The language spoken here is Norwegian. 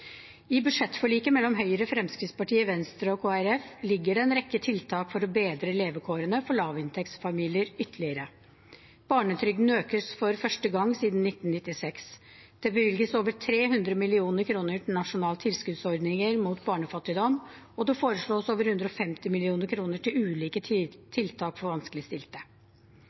I budsjettforliket mellom Høyre, Fremskrittspartiet, Venstre og Kristelig Folkeparti ligger det en rekke tiltak for å bedre levekårene for lavinntektsfamilier ytterligere. Barnetrygden økes for første gang siden 1996, det bevilges over 300 mill. kr til Nasjonal tilskuddsordning mot barnefattigdom, og det foreslås over 150 mill. kr til ulike tiltak for vanskeligstilte.